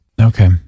Okay